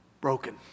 broken